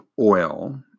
oil